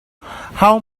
how